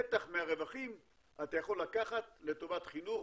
נתח מהרווחים אתה יכול לקחת לטובת חינוך,